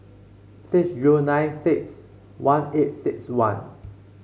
six zero nine six one eight six one